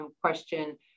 question